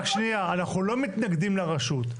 רק שנייה, אנחנו לא מתנגדים לרשות.